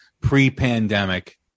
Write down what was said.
pre-pandemic